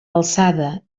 alçada